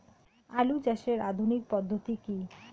আলু চাষের আধুনিক পদ্ধতি কি?